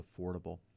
affordable